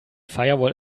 firewall